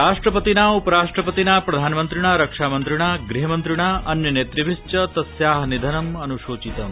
राष्ट्रपतिना उपराष्ट्रपतिना प्रधानमन्त्रिणा रक्षामन्त्रिणा गृहमन्त्रिणा अन्य नेतृभिश्च तस्याः निधनम् अन्शोचितम्